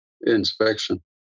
inspection